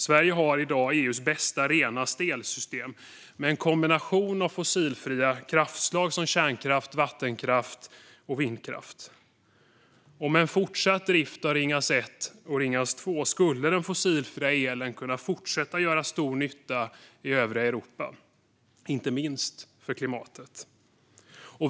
Sverige har i dag EU:s bästa och renaste elsystem med en kombination av fossilfria kraftslag som kärnkraft, vattenkraft och vindkraft. Med en fortsatt drift av Ringhals 1 och 2 skulle den fossilfria elen kunna fortsätta att göra stor nytta i övriga Europa, inte minst för klimatet.